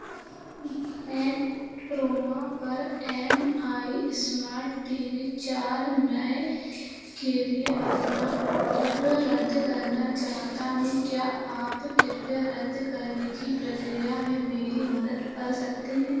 मैं क्रोमा पर M I smart T V चार नए के लिए अपना ऑर्डर रद्द करना चाहता हूँ क्या आप कृपया रद्द करने की प्रक्रिया में मेरी मदद कर सकते हैं